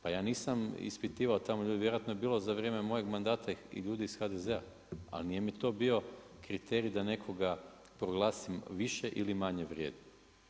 Pa ja nisam ispitivao tamo ljude, vjerojatno je bilo za vrijeme mojeg mandata i ljudi iz HDZ-a, ali nije mi to bio kriterij da nekoga proglasim više ili manje vrijednim.